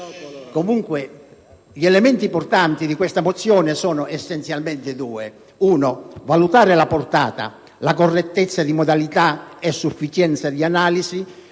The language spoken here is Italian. senatori, gli elementi portanti di questa mozione sono essenzialmente due: valutare la portata, la correttezza di modalità e sufficienza di analisi,